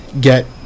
get